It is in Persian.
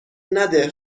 نده